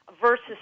versus